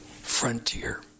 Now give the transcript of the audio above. frontier